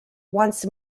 once